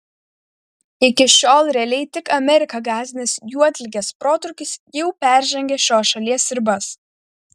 iki šiol realiai tik ameriką gąsdinęs juodligės protrūkis jau peržengė šios šalies ribas